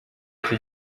ati